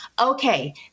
Okay